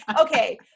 Okay